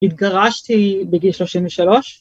‫התגרשתי בגיל 33.